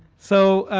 so